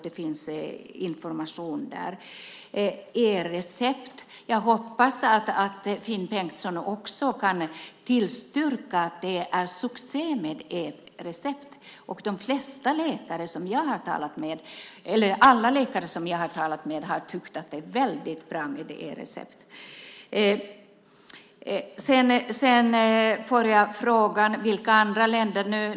Där finns information om bland annat e-recept. Jag hoppas att Finn Bengtsson kan tillstyrka att e-recepten blivit en succé. Alla de läkare jag talat med har tyckt att systemet med e-recept är mycket bra. Sedan fick jag frågan vilka andra länder som har statligt monopol vad gäller apotek.